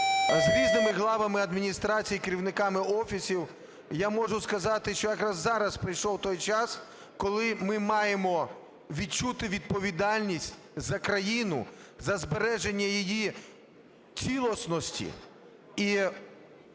з різними главами адміністрацій і керівниками офісів, я можу сказати, що якраз зараз прийшов той час, коли ми маємо відчути відповідальність за країну, за збереження її цілісності, і